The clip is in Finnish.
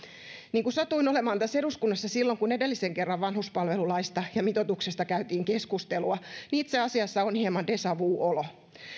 niin satuin olemaan eduskunnassa silloin kun edellisen kerran vanhuspalvelulaista ja mitoituksesta käytiin keskustelua ja itse asiassa on hieman deja vu olo